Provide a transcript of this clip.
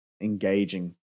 engaging